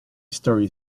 storey